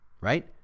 right